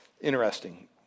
interesting